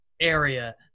area